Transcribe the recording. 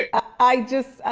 i just,